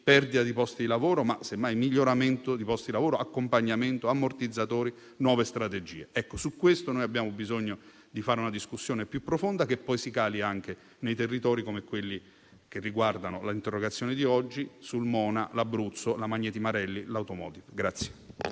perdita di posti di lavoro, ma se mai miglioramento di posti di lavoro, accompagnamento, ammortizzatori, nuove strategie. Ecco, su questo abbiamo bisogno di fare una discussione più profonda che poi si cali anche in territori come quelli che riguardano l'interrogazione odierna: Sulmona, l'Abruzzo, la Magneti Marelli, l'*automotive*.